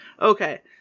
Okay